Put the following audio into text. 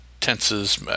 tenses